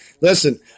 Listen